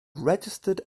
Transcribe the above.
registered